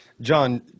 John